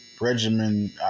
regimen